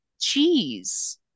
cheese